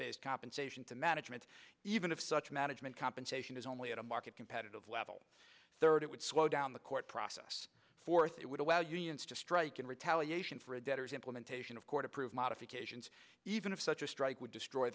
based compensation to management even if such management compensation is only at a market competitive level third it would slow down the court process fourth it would allow unions to strike in retaliation for a debtor's implementation of court approved modifications even if such a strike would destroy